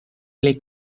plej